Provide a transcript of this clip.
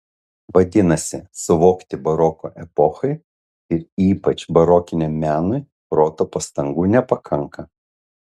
vadinasi suvokti baroko epochai ir ypač barokiniam menui proto pastangų nepakanka